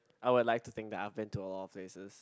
I would like to think that I've been to a lot of places